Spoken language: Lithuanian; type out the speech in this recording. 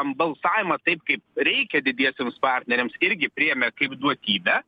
balsavimą taip kaip reikia didiesiems partneriams irgi priėmė kaip duotybę